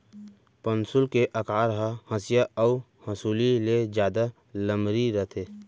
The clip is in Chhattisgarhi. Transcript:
पौंसुल के अकार ह हँसिया अउ हँसुली ले जादा लमरी रथे